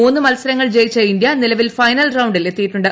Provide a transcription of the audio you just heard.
മൂന്ന് മത്സരങ്ങൾ ജയിച്ച ഇന്ത്യ ഫൈനൽ റൌണ്ടിൽ എത്തിയിട്ടുണ്ട്